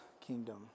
kingdom